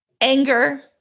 Anger